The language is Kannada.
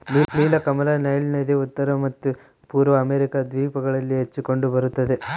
ನೀಲಕಮಲ ನೈಲ್ ನದಿ ಉತ್ತರ ಮತ್ತು ಪೂರ್ವ ಅಮೆರಿಕಾ ದ್ವೀಪಗಳಲ್ಲಿ ಹೆಚ್ಚು ಕಂಡು ಬರುತ್ತದೆ